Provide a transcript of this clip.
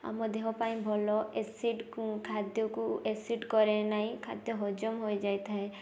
ଆମ ଦେହ ପାଇଁ ଭଲ ଏସିଡ଼୍ ଖାଦ୍ୟକୁ ଏସିଡ଼୍ କରେ ନାହିଁ ଖାଦ୍ୟ ହଜମ ହୋଇଯାଇଥାଏ